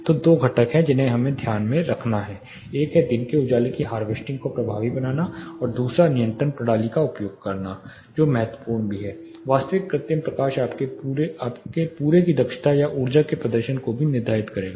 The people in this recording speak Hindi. तो दो घटक हैं जिन्हें हमें ध्यान में रखना है एक है दिन के उजाले की हारवेस्टिंग को प्रभावी बनाना और दूसरा नियंत्रण प्रणाली का उपयोग है जो महत्वपूर्ण भी है वास्तविक कृत्रिम प्रकाश आपके पूरे की दक्षता या ऊर्जा के प्रदर्शन को भी निर्धारित करेगा